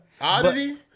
Oddity